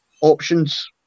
options